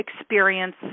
experience